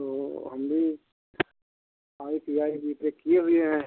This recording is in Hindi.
तो हम लोग आई टी आई बीटेक किए हुए हैं